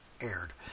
aired